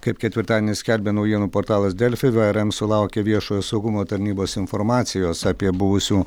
kaip ketvirtadienį skelbė naujienų portalas delfi vrm sulaukė viešojo saugumo tarnybos informacijos apie buvusių